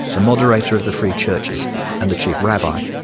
the moderator of the free churches and the chief rabbi.